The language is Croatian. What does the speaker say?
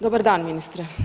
Dobar dan ministre.